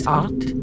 art